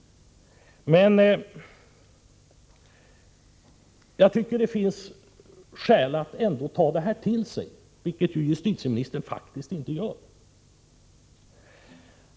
Jag tycker ändå att det finns skäl att ta det här till sig, vilket ju justitieministern inte gör.